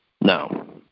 No